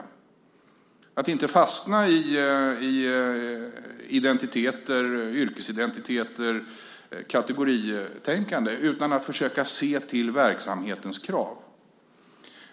Det gäller att inte fastna i identiteter, yrkesidentiteter och kategoritänkande utan att försöka se till verksamhetens krav.